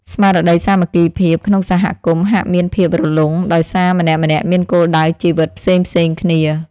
ស្មារតីសាមគ្គីភាពក្នុងសហគមន៍ហាក់មានភាពរលុងដោយសារម្នាក់ៗមានគោលដៅជីវិតផ្សេងៗគ្នា។